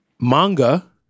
manga